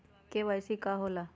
KYC का हो के ला?